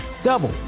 Double